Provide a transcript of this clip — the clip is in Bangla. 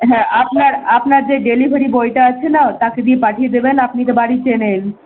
হ্যাঁ আপনার আপনার যে ডেলিভারি বয়টা আছে না তাকে দিয়ে পাঠিয়ে দেবেন আপনি তো বাড়ি চেনেন